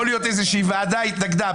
יכול להיות שאיזה ועדה התנגדה.